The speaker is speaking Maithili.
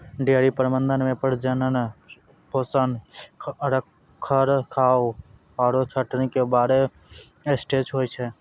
डेयरी प्रबंधन मॅ प्रजनन, पोषण, रखरखाव आरो छंटनी के चार स्टेज होय छै